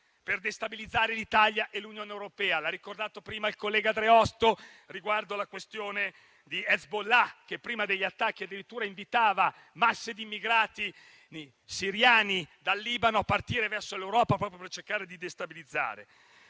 per destabilizzare l'Italia e l'Unione europea; l'ha ricordato prima il collega Dreosto riguardo alla questione di Hezbollah, che prima degli attacchi addirittura invitava masse di immigrati siriani a partire dal Libano verso l'Europa, proprio per cercare di destabilizzare.